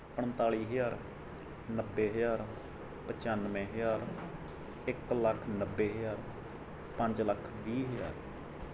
ਪੰਤਾਲੀ ਹਜ਼ਾਰ ਨੱਬੇ ਹਜ਼ਾਰ ਪਚਾਨਵੇਂ ਹਜ਼ਾਰ ਇੱਕ ਲੱਖ ਨੱਬੇ ਹਜ਼ਾਰ ਪੰਜ ਲੱਖ ਵੀਹ ਹਜ਼ਾਰ